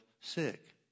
sick